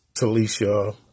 Talisha